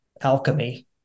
alchemy